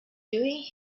doing